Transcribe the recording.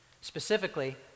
Specifically